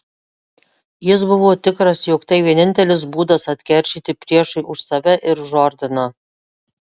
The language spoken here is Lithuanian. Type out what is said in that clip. jis buvo tikras jog tai vienintelis būdas atkeršyti priešui už save ir už ordiną